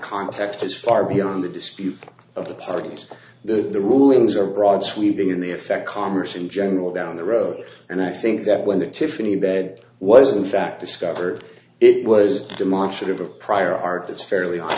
context is far beyond the dispute of the party and the rulings are broad sweeping in the effect commerce in general down the road and i think that when the tiffany bed was in fact discovered it was demonstrative of prior art that's fairly high